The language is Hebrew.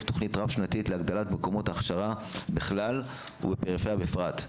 תכנית רב-שנתית להגדלת מקומות ההכשרה בכלל ובפריפריה בפרט,